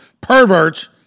perverts